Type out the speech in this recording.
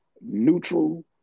neutral